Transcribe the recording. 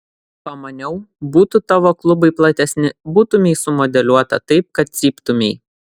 pamaniau būtų tavo klubai platesni būtumei sumodeliuota taip kad cyptumei